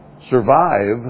survive